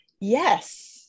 yes